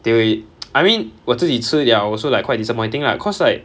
they I mean 我自己吃 liao also like quite disappointing lah cause like